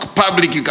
public